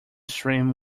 stream